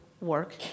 work